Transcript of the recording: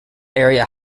area